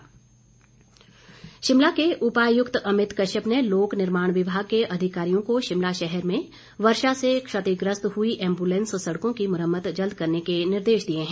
बरसात बैठक शिमला के उपायुक्त अमित कश्यप ने लोक निर्माण विभाग के अधिकारियों को शिमला शहर में वर्षा से क्षतिग्रस्त हुई एम्बुलैंस सड़कों की मुरम्मत जल्द करने के निर्देश दिए हैं